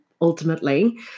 ultimately